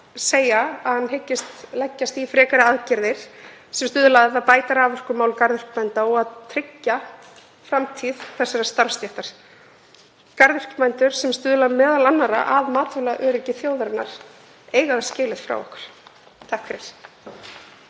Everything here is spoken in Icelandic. hyggist leggjast í frekari aðgerðir sem stuðla að því bæta raforkumál garðyrkjubænda og að tryggja framtíð þessarar starfsstéttar. Garðyrkjubændur, sem stuðla meðal annarra að matvælaöryggi þjóðarinnar, eiga það skilið frá okkur. SPEECH_END